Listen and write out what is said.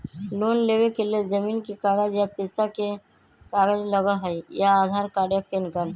Loan लेवेके लेल जमीन के कागज या पेशा के कागज लगहई या आधार कार्ड या पेन कार्ड?